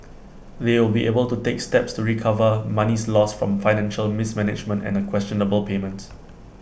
they'll be able to take steps to recover monies lost from financial mismanagement and A questionable payment